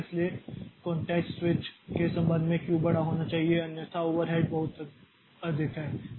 इसलिए context switch के संबंध में q बड़ा होना चाहिए अन्यथा ओवरहेड बहुत अधिक है